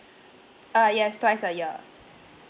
uh yes twice a year